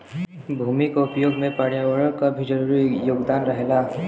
भूमि क उपयोग में पर्यावरण क भी जरूरी योगदान रहेला